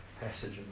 passage